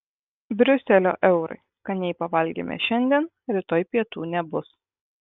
briuselio eurai skaniai pavalgėme šiandien rytoj pietų nebus